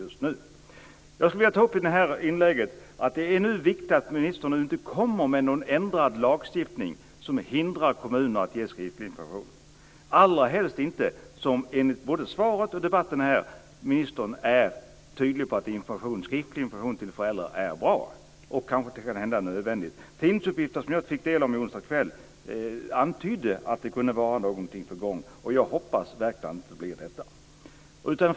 Jag skulle vilja ta upp i det här inlägget att det nu är viktigt att ministern inte kommer med någon ändrad lagstiftning som hindrar kommunerna att ge skriftlig information, allra helst inte som ministern enligt både svaret och debatten här är tydlig på att skriftlig information till föräldrarna är bra, kanske t.o.m. nödvändigt. Tidningsuppgifter som jag fick del av onsdag kväll antyder att det kunde vara någonting på gång. Jag hoppas verkligen att det inte blir så.